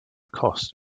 cost